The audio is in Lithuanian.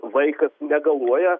vaikas negaluoja